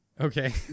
Okay